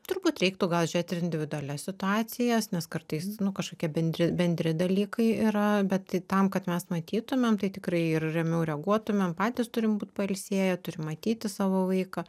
turbūt reiktų gal žiūrėt ir individualias situacijas nes kartais nu kažkokie bendri bendri dalykai yra bet tai tam kad mes matytumėm tai tikrai ir ramiau reaguotumėm patys turim būt pailsėję turim matyti savo vaiką